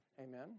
Amen